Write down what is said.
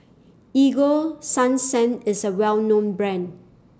Ego Sunsense IS A Well known Brand